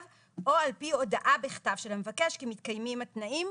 או על פי הודעה בכתב של המבקש כי מתקיימים התנאים.